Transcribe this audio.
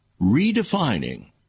redefining